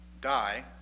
die